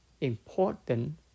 important